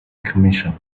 commission